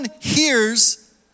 hears